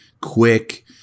quick